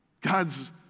God's